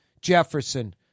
Jefferson